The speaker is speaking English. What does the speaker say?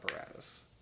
apparatus